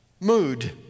mood